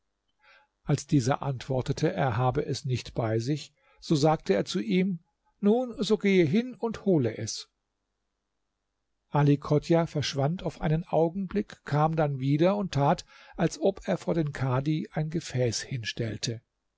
als dieser antwortete er habe es nicht bei sich so sagte er zu ihm nun so gehe hin und hole es ali chodjah verschwand auf einen augenblick kam dann wieder und tat als ob er vor den kadhi ein gefäß hinstellte